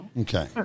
Okay